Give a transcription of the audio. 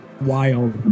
wild